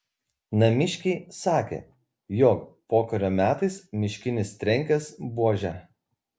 namiškiai sakė jog pokario metais miškinis trenkęs buože